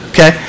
Okay